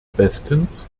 bestens